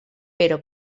però